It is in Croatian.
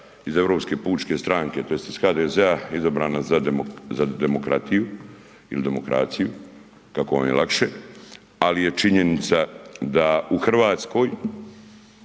iz Europske pučke stranke tj. iz HDZ-a izabrana za demokratiju ili demokraciju, kako vam je lakše ali je činjenica da u Hrvatskoj